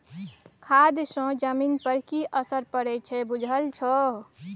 खाद सँ जमीन पर की असरि पड़य छै बुझल छौ